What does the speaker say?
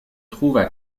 trouvent